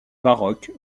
baroque